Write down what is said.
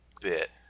bit